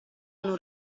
non